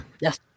Yes